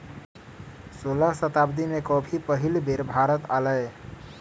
सोलह शताब्दी में कॉफी पहिल बेर भारत आलय